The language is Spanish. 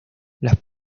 las